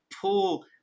pull